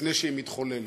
לפני שהיא מתחוללת.